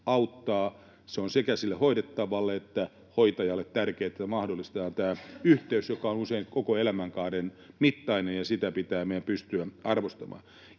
Se on sekä sille hoidettavalle että hoitajalle tärkeää, että mahdollistetaan tämä yhteys, joka on usein koko elämänkaaren mittainen, ja sitä pitää meidän pystyä arvostamaan.